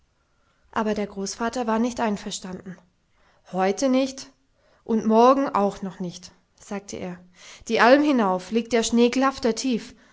aber der großvater war nicht einverstanden heute nicht und morgen auch noch nicht sagte er die alm hinauf liegt der schnee klaftertief